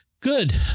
Good